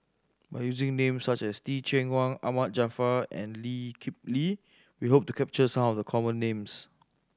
by using names such as Teh Cheang Wan Ahmad Jaafar and Lee Kip Lee we hope to capture some of the common names